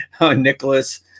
Nicholas